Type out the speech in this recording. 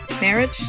marriage